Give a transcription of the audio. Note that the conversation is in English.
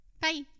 Bye